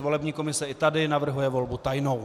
Volební komise i tady navrhuje volbu tajnou.